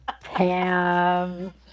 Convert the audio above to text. Pam